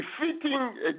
defeating